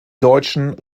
deutschen